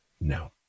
No